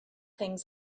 things